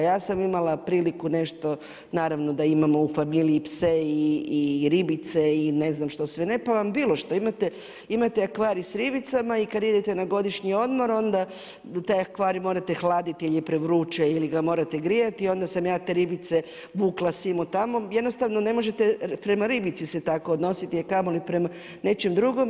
Ja sam imala priliku nešto, naravno da imamo u familiji pse i ribice i ne znam što sve ne, pa vam bilo što, imate akvarij s ribicama i kada idete na godišnji odmor onda taj akvarij morate hladiti jer je prevruće ili ga morate grijati onda sam ja te ribice vukla simo tamo, jednostavno ne možete prema ribici se tako odnositi, a kamoli prema nečem drugom.